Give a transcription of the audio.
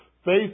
Faith